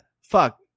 Fuck